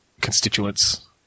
constituents